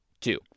Two